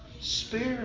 Spirit